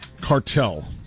cartel